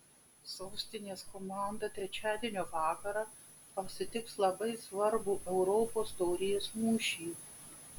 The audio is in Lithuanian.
sostinės komanda trečiadienio vakarą pasitiks labai svarbų europos taurės mūšį